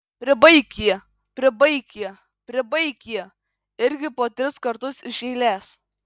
pribaik jį pribaik jį pribaik jį irgi po tris kartus iš eilės